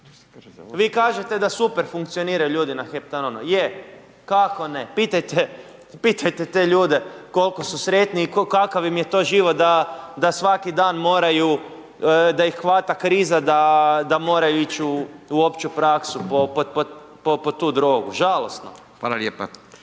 Vi kažete da super funkcioniraju ljudi na heptanonu, je, kako ne, pitajte, pitajte te ljude koliko su sretni i kakav im je to život da svaki dan moraju, da ih hvata kriza da moraju ići u opću praksu po tu drogu, žalosno. **Radin,